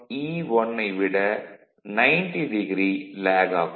E1 ஐ விட 90o lag ஆகும்